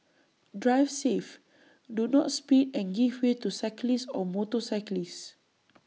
drive safe do not speed and give way to cyclists or motorcyclists